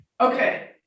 Okay